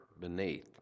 beneath